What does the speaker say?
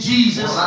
Jesus